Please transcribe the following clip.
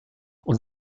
und